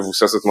מבוססת מחסנית.